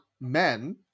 men